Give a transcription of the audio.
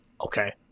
Okay